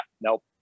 nope